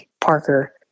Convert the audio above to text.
Parker